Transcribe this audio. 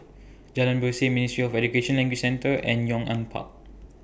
Jalan Berseh Ministry of Education Language Centre and Yong An Park